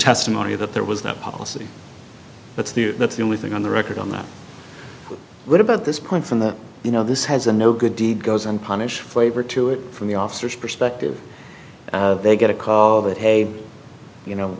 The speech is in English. testimony that there was no policy but that's the only thing on the record on that what about this point from the you know this has a no good deed goes unpunished flavor to it from the officers perspective they get a call that hey you know